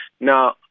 Now